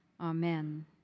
Amen